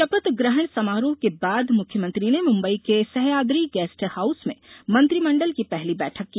शपथ ग्रहण समारोह के बाद मुख्यमंत्री ने मुंबई के सहयाद्रि गेस्ट हाउस में मंत्रिमंडल की पहली बैठक की